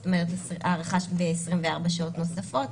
זאת אומרת, הארכה ב-24 שעות נוספות.